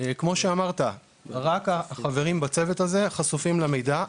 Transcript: כמו שאמרת, רק החברים בצוות הזה חשופים למידע.